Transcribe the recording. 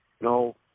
No